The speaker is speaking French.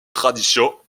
traditions